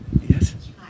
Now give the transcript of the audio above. Yes